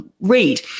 read